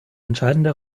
entscheidende